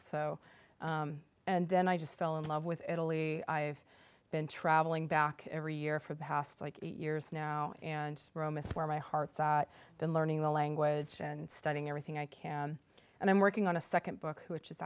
so and then i just fell in love with italy i've been traveling back every year for the past like eight years now and romance where my heart than learning the language and studying everything i can and i'm working on a second book which is